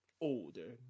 older